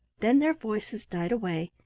then their voices died away.